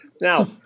now